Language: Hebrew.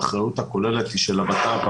האחריות הכוללת היא של המשרד לביטחון פנים,